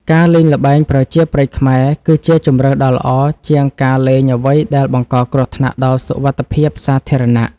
ការលេងល្បែងប្រជាប្រិយខ្មែរ គឺជាជម្រើសដ៏ល្អជាងការលេងអ្វីដែលបង្កគ្រោះថ្នាក់ដល់សុវត្ថិភាពសាធារណៈ។